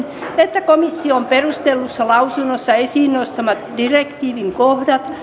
että komission perustellussa lausunnossa esiin nostamat direktiivin kohdat